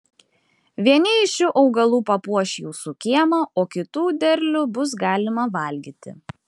vieni iš šių augalų papuoš jūsų kiemą o kitų derlių bus galima valgyti